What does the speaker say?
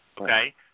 okay